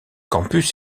campus